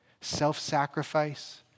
self-sacrifice